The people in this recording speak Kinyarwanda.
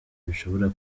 bishobora